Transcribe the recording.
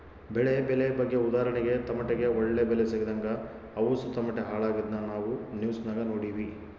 ಬೆಳೆ ಬೆಲೆ ಬಗ್ಗೆ ಉದಾಹರಣೆಗೆ ಟಮಟೆಗೆ ಒಳ್ಳೆ ಬೆಲೆ ಸಿಗದಂಗ ಅವುಸು ಟಮಟೆ ಹಾಳಾಗಿದ್ನ ನಾವು ನ್ಯೂಸ್ನಾಗ ನೋಡಿವಿ